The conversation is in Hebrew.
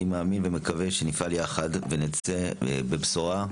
אני מאמין ומקווה שנפעל יחד ונצא בבשורה,